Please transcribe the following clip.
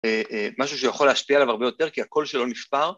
משהו שיכול להשפיע עליו הרבה יותר כי הקול שלו נספר